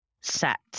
set